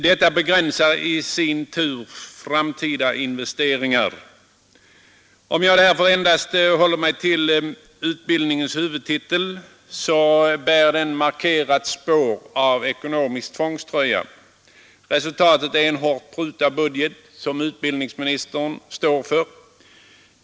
Detta begränsar i sin tur framtida investeringar. Om jag här endast håller mig till utbildningshuvudtiteln, så bär den markanta spår av ekonomisk tvångströja. Resultatet är en hårt prutad budget som utbildningsministern står för.